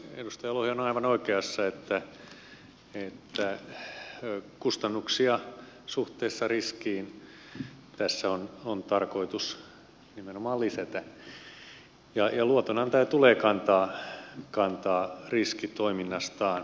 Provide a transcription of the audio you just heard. edustaja lohi on aivan oikeassa että kustannuksia suhteessa riskiin tässä on tarkoitus nimenomaan lisätä ja luotonantajan tulee kantaa riski toiminnastaan